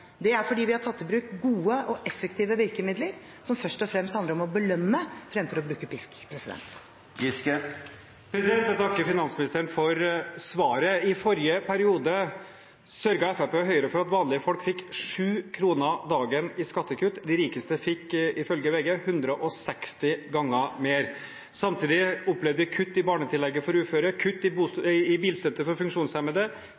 Det er fordi vi har tatt i bruk gode og effektive virkemidler, som først og fremst handler om å belønne fremfor å bruke pisk. Jeg takker finansministeren for svaret. I forrige periode sørget Fremskrittspartiet og Høyre for at vanlige folk fikk sju kroner dagen i skattekutt. De rikeste fikk, ifølge VG, 160 ganger mer. Samtidig opplevde vi kutt i barnetillegget for uføre, kutt i